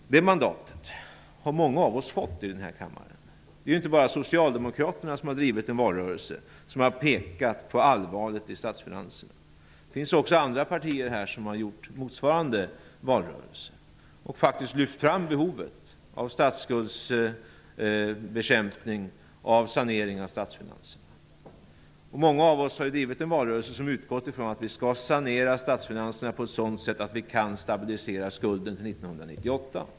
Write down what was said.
Det mandatet har många av oss i denna kammare fått. Det är inte bara Socialdemokraterna som har drivit en valrörelse där man pekat på allvaret i statsfinanserna. Det finns också andra partier här som har gjort motsvarande i valrörelsen och faktiskt lyft fram behovet av statsskuldsbekämpning och av sanering av statsfinanserna. Många av oss har drivit en valrörelse som utgått ifrån att vi skall sanera statsfinanserna på ett sådant sätt, att vi kan stabilisera skulden 1998.